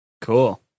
Cool